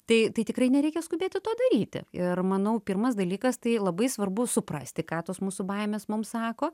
tai tai tikrai nereikia skubėti to daryti ir manau pirmas dalykas tai labai svarbu suprasti ką tos mūsų baimės mums sako